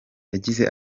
yagize